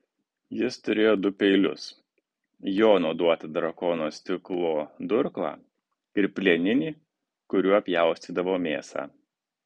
jis turėjo du peilius jono duotą drakonų stiklo durklą ir plieninį kuriuo pjaustydavo mėsą